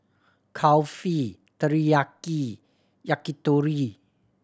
Kulfi Teriyaki Yakitori